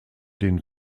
den